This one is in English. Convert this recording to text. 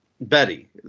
Betty